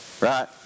right